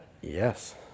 Yes